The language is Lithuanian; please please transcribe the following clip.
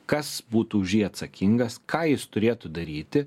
kas būtų už jį atsakingas ką jis turėtų daryti